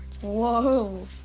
Whoa